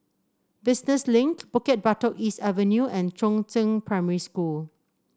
Business Link Bukit Batok East Avenue and Chongzheng Primary School